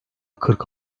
kırk